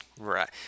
Right